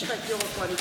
יש לך את יו"ר הקואליציה.